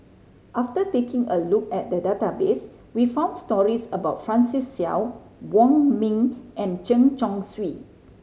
after taking a look at database we found stories about Francis Seow Wong Ming and Chen Chong Swee